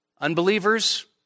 Unbelievers